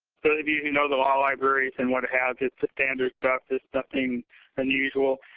those of you who know the law libraries and what it has it's the standard stuff. it's nothing unusual.